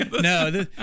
No